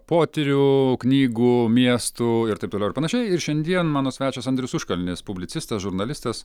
potyrių knygų miestų ir taip toliau ir panašiai ir šiandien mano svečias andrius užkalnis publicistas žurnalistas